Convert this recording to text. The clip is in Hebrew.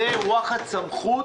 זו וואחד סמכות,